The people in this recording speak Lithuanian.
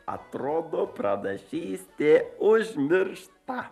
atrodo pranašystė užmiršta